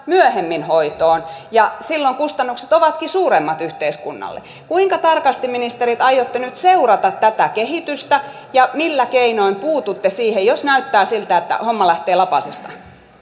myöhemmin hoitoon ja silloin kustannukset ovatkin suuremmat yhteiskunnalle kuinka tarkasti ministerit aiotte nyt seurata tätä kehitystä ja millä keinoin puututte siihen jos näyttää siltä että homma lähtee lapasesta